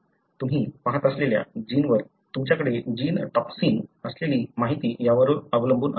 तुम्ही पाहत असलेल्या जीनवर तुमच्याकडे जीनटॉक्सिनयी असलेली माहिती यावर अवलंबून असते